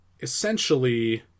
essentially